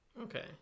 Okay